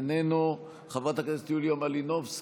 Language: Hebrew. איננו, חברת הכנסת יוליה מלינובסקי,